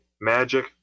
magic